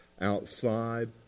outside